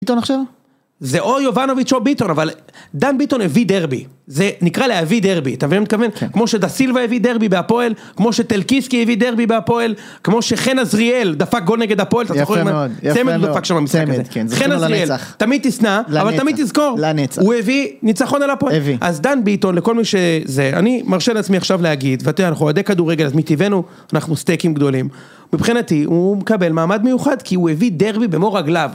ביטון עכשיו? זה או יובנוביץ' או ביטון, אבל... דן ביטון הביא דרבי. זה נקרא להביא דרבי, אתה מבין מה אני מתכוון? כמו שדה סילבה הביא דרבי בפועל, כמו שטלקיסקי הביא דרבי בפועל, כמו שחן עזריאל דפק גול נגד הפועל, אתה זוכר? יפה מאוד. יפה מאוד. צמד דפק שם. כן, זה כאילו על הנצח. תמיד תשנא, אבל תמיד תזכור, הוא הביא ניצחון על הפועל. אז דן ביטון, לכל מי שזה, אני מרשה לעצמי עכשיו להגיד, ואתה יודע, אנחנו אוהדי כדורגל, אז מטבענו, אנחנו סטייקים גדולים. מבחינתי, הוא מקבל מעמד מיוחד, כי הוא הביא דרבי במור רגליו.